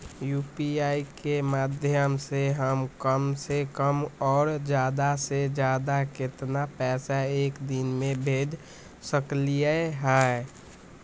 UPI के माध्यम से हम कम से कम और ज्यादा से ज्यादा केतना पैसा एक दिन में भेज सकलियै ह?